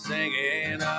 Singing